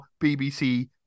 BBC